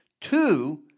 Two